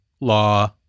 law